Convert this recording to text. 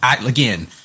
Again